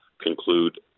conclude